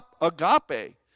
agape